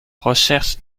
recherche